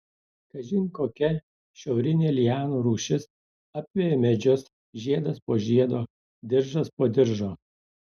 kažin kokia šiaurinė lianų rūšis apveja medžius žiedas po žiedo diržas po diržo